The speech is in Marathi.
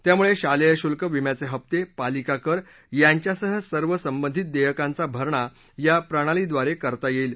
त्यामुळे शालेय शुल्क विम्याचे हफ्ते पालिका कर यांच्यासह सर्व संबधित देयकांचा भरणा या प्रणालीद्वारे करता येईल